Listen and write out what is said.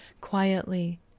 quietly